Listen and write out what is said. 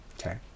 Okay